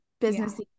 Business